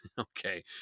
okay